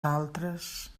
altres